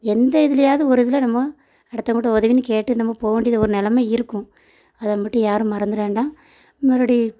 எந்த இதுலேயாது ஒரு இதில் நம்ம அடுத்தவங்கள்ட்ட உதவின்னு கேட்டு நம்ம போக வேண்டியது ஒரு நெலமை இருக்கும் அதை மட்டும் யாரும் மறந்துட வேண்டாம் மறுபடி